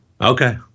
Okay